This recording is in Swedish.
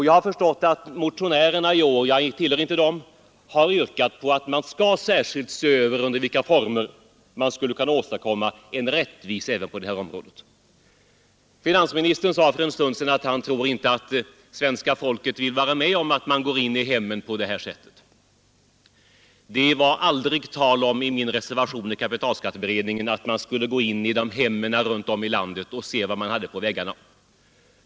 Jag har förstått att motionärerna i år — jag tillhör inte dem — har yrkat att man skall se över under vilka former man kan åstadkomma en rättvisa även på det området. Finansministern sade för en stund sedan att han inte tror att svenska folket vill vara med om att vi går in i hemmen och ser efter vad familjen har för konstverk. Men i min reservation i kapitalskatteberedningen var det aldrig tal om att gå in i hemmen runt om i landet och se efter vad familjen hade för konst på väggarna.